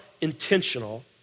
intentional